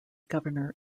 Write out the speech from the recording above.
governor